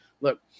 look